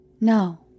No